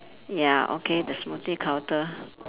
ya okay the smoothie counter